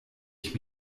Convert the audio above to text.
ich